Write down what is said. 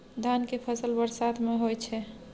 धान के फसल बरसात में होय छै?